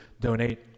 donate